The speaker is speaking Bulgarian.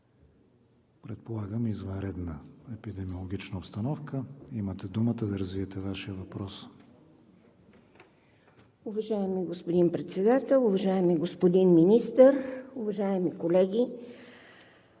предполагам, извънредна епидемиологична обстановка. Имате думата да развиете Вашия въпрос.